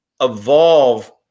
evolve